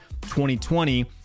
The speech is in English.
2020